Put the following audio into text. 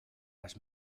las